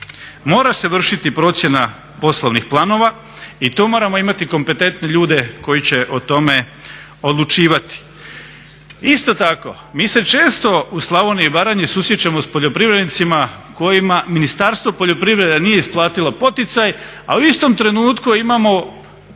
Mora se vršiti procjena poslovnih planova i tu moramo imati kompetentne ljude koji će o tome odlučivati. Isto tako mi se često u Slavoniji i Baranji susrećemo s poljoprivrednicima kojima Ministarstvo poljoprivrede nije isplatilo poticaj, a u istom trenutku imamo porezni